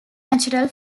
natural